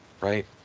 right